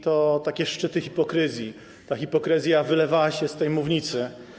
to takie szczyty hipokryzji, hipokryzja wylewała się z tej mównicy.